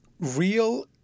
Real